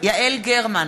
יעל גרמן,